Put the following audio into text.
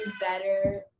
better